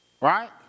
right